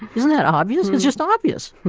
isn't that obvious, it's just obvious,